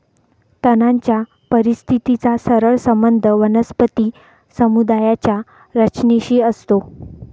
तणाच्या परिस्थितीचा सरळ संबंध वनस्पती समुदायाच्या रचनेशी असतो